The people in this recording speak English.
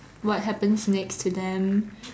what happens next to them